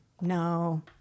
No